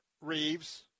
Reeves